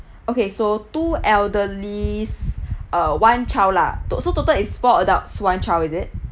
okay so two elderlies uh one child lah to~ so total is four adults one child is it